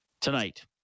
tonight